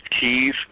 keys